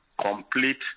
complete